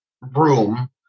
room